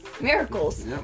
Miracles